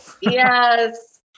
Yes